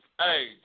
Hey